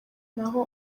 naho